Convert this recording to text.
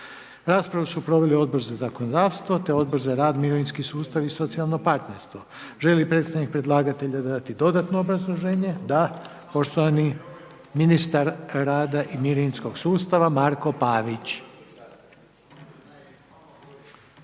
Raspravu su proveli Odbor za zakonodavstvo i Odbor za rad, mirovinski sustav i socijalno partnerstvo. Molio bih sada predstavnika predlagatelja da nam da dodatno obrazloženje, s nama je poštovani ministar rada i mirovinskog sustava, Marko Pavić.